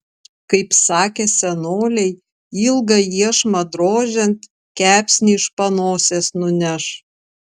kaip sakė senoliai ilgą iešmą drožiant kepsnį iš panosės nuneš